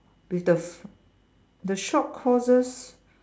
with the f~ the short courses